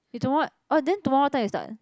you tomorrow oh then tomorrow what time you start